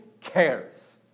cares